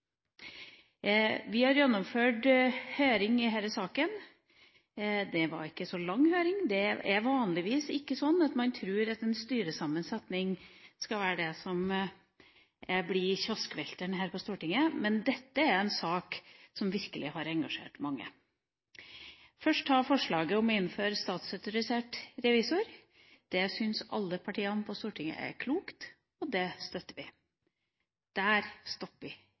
Vi har gjennomført høring i denne saken. Det var ikke så lang høring. Det er vanligvis ikke sånn at man tror at en styresammensetning er det som blir kioskvelteren her på Stortinget. Men dette er en sak som virkelig har engasjert mange. Først vil jeg ta forslaget om å innføre statsautorisert revisor. Det syns alle partiene på Stortinget er klokt, og det støtter vi.